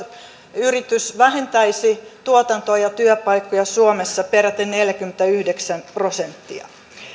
yritys vähentäisi tuotantoa ja työpaikkoja suomessa peräti neljäkymmentäyhdeksän prosenttia